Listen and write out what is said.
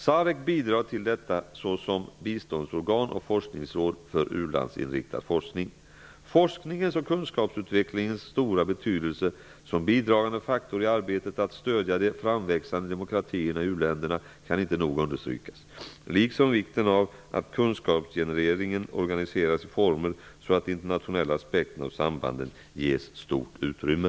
SAREC bidrar till detta såsom biståndsorgan och forskningsråd för ulandsinriktad forskning. Forskningens och kunskapsutvecklingens stora betydelse som bidragande faktor i arbetet med att stödja de framväxande demokratierna i u-länderna kan inte nog understrykas, liksom vikten av att kunskapsgenereringen organiseras i former så att de internationella aspekterna och sambanden ges stort utrymme.